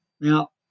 Now